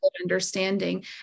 understanding